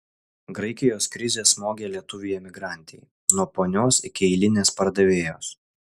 graikijos krizė smogė lietuvei emigrantei nuo ponios iki eilinės pardavėjos